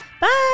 Bye